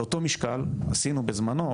על אותו משקל עשינו בזמנו,